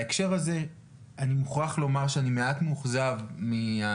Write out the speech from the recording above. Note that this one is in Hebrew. בהקשר הזה אני מוכרח לומר שאני מעט מאוכזב מההתייחסות